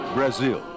Brazil